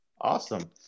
awesome